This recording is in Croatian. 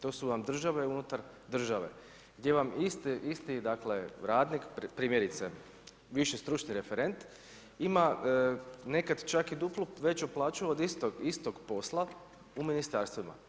To su vam države unutar države gdje vam isti dakle radnik, primjerice, viši stručni referent ima nekad čak i duplo veću plaću od istog posla u ministarstvima.